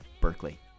Berkeley